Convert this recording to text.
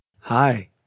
Hi